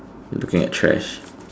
looking at trash